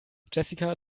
jessica